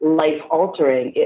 life-altering